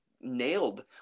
nailed